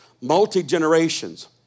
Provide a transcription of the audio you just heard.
multi-generations